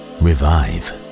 revive